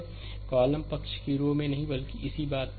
संदर्भ समय १ २२कॉलम पक्ष की रो में नहीं बल्कि इसी बात पर